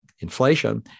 inflation